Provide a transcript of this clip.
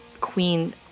Queen